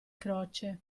croce